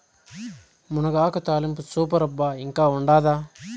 మునగాకు తాలింపు సూపర్ అబ్బా ఇంకా ఉండాదా